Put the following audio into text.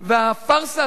והפארסה הזאת,